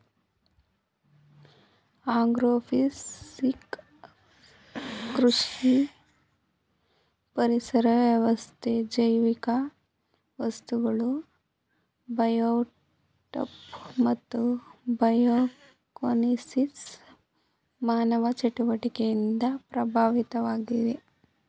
agrophysics ಕೃಷಿ ಪರಿಸರ ವ್ಯವಸ್ಥೆ ಜೈವಿಕ ವಸ್ತುಗಳು ಬಯೋಟೋಪ್ ಮತ್ತು ಬಯೋಕೋನೋಸಿಸ್ ಮಾನವ ಚಟುವಟಿಕೆಯಿಂದ ಪ್ರಭಾವಿತವಾಗಿವೆ